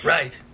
Right